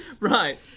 Right